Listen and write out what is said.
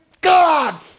God